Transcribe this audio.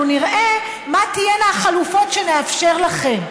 נראה מה תהיינה החלופות שנאפשר לכם.